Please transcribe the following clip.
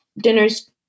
dinners